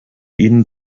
ihnen